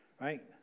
right